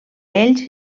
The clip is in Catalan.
ells